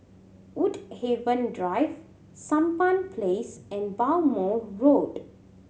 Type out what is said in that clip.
Woodhaven Drive Sampan Place and Bhamo Road